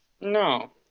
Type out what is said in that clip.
No